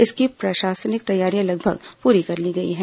इसकी प्रशासनिक तैयारियां लगभग पूरी कर ली गई हैं